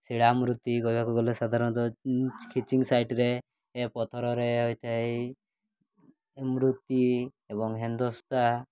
ଶିଳା ମୂର୍ତ୍ତି କହିବାକୁ ଗଲେ ସାଧାରଣତଃ ଖିଚିଂ ସାଇଡ଼୍ରେ ଏ ପଥରରେ ହୋଇଥାଏ ମୂର୍ତ୍ତି ଏବଂ ହେମ୍ଦସ୍ତା